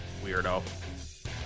Weirdo